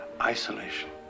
isolation